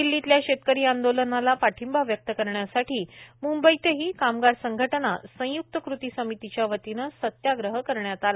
दिल्लीतल्या शेतकरी आंदोलनाला पाठिंबा व्यक्त करण्यासाठी म्ंबईतही कामगार संघटना संय्क्त कृती समितीच्या वतीनं सत्याग्रह करण्यात आला